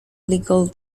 legal